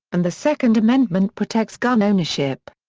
and the second amendment protects gun ownership.